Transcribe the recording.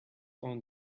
own